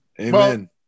Amen